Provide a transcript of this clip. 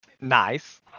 Nice